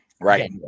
Right